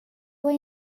hai